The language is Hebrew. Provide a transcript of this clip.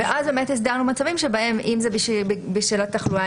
ואז באמת הסדרנו מצבים שבהם אם זה בשל התחלואה,